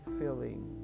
feeling